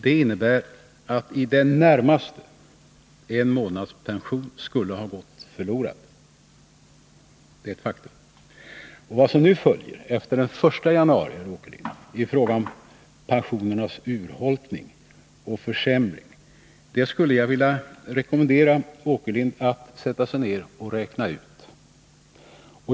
Det innebär att i det närmaste en månads pension skulle ha gått förlorad. Vad som nu följer efter den 1 januari i fråga om pensionernas urholkning och försämring skulle jag vilja rekommendera Allan Åkerlind att sätta sig ned och räkna ut.